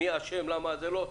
מי אשם ולמה זה לא.